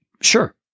sure